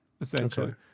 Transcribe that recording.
essentially